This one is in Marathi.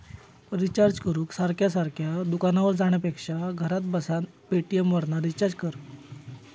रिचार्ज करूक सारखा सारखा दुकानार जाण्यापेक्षा घरात बसान पेटीएमवरना रिचार्ज कर